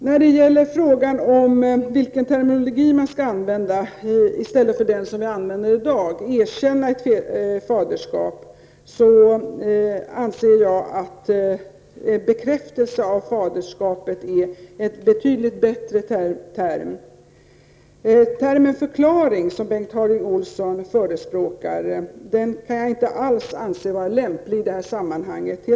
När det gäller frågan om vilken terminologi man skall använda i stället för den som vi använder i dag -- erkännande av ett faderskap -- anser jag att bekräftelse av ett faderskap är en betydligt bättre term. Termen förklaring, som Bengt Harding Olson förespråkar, kan jag inte alls anse vara lämplig i det här sammanhanget.